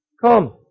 come